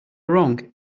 wrong